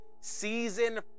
season